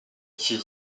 fut